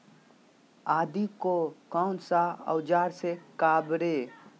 आदि को कौन सा औजार से काबरे?